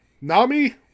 Nami